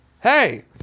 Hey